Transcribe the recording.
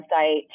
website